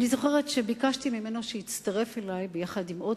אני זוכרת שביקשתי ממנו שיצטרף אלי עם עוד